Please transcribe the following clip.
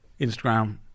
instagram